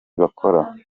bakora